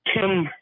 Tim